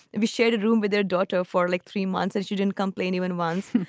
and we shared a room with their daughter for like three months. as you didn't complain even once,